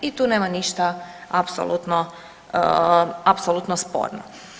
I tu nema ništa apsolutno sporno.